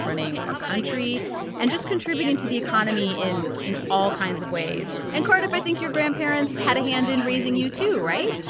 running our country and just contributing to the economy in in all kinds of ways. and, cardiff, i think your grandparents had a hand in raising you too, right?